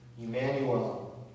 Emmanuel